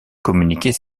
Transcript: communiqués